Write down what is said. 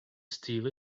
steal